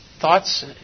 thoughts